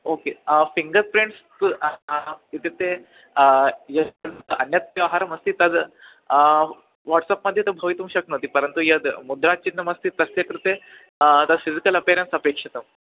okay fingerprints पुरा इत्युक्ते यत् अन्यत् व्यवहारमस्ति तद् वाट्सप् मध्ये तु भवितुं शक्नोति परन्तु यद् मुद्राचिन्हमस्ति तस्य कृते तद् फ़िसिकल् अपियरेन्स् अपेक्षितम्